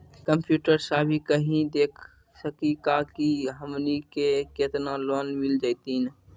Computer सा भी कही देख सकी का की हमनी के केतना लोन मिल जैतिन?